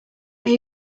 are